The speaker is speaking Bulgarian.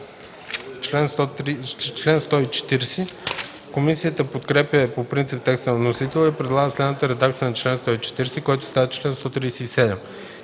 чл. 136. Комисията подкрепя по принцип текста на вносителя и предлага следната редакция на чл. 140, който става чл. 137: